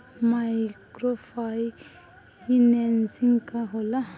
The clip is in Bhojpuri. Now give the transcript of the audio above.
माइक्रो फाईनेसिंग का होला?